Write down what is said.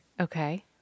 Okay